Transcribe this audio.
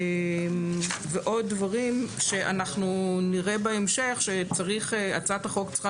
ועוד דברים שנראה בהמשך שהצעת החוק צריכה